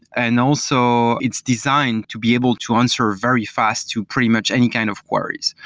and also it's designed to be able to answer very fast to pretty much any kind of queries,